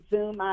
Zoom